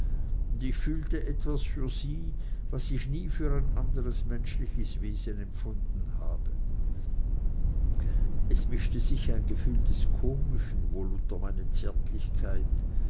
und ich fühlte etwas für sie was ich nie für ein anderes menschliches wesen empfunden habe es mischte sich das gefühl des komischen wohl unter meine zärtlichkeit